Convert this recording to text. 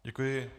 Děkuji.